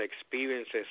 experiences